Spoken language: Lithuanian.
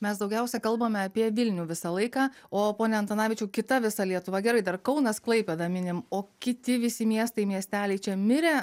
mes daugiausia kalbame apie vilnių visą laiką o pone antanavičiau kita visa lietuva gerai dar kaunas klaipėda minim o kiti visi miestai miesteliai čia mirę